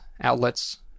outlets